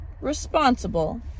responsible